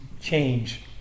change